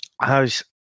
How's